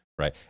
right